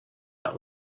out